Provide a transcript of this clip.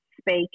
speak